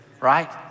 Right